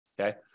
Okay